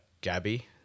Gabby